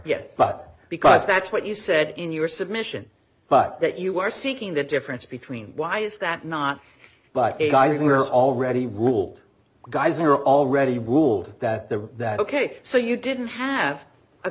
yes but because that's what you said in your submission but that you are seeking that difference between why is that not but a guy who are already ruled guys are already ruled that the that ok so you didn't have a